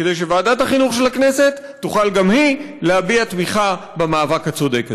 כדי שוועדת החינוך של הכנסת תוכל גם היא להביע תמיכה במאבק הצודק הזה.